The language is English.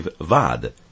VAD